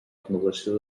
renovació